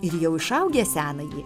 ir jau išaugę senąjį